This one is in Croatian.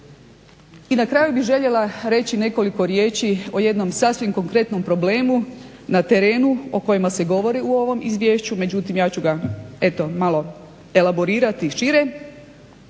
I na kraju bih željela reći nekoliko riječi o jednom sasvim konkretnom problemu na terenu o kojima se govori u ovom izvješću međutim ja ću ga eto malo elaborirati šire.